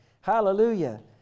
Hallelujah